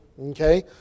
okay